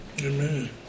Amen